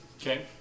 Okay